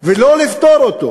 ולא לפתור אותו.